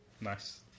Nice